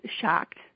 shocked